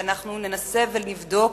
ואנחנו ננסה ונבדוק